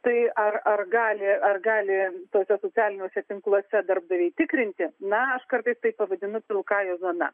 tai ar ar gali ar gali tuose socialiniuose tinkluose darbdaviai tikrinti na aš kartais tai pavadinu pilkąja zona